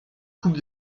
coupe